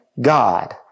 God